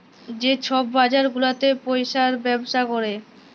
যে ছব বাজার গুলাতে পইসার ব্যবসা ক্যরে